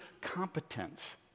competence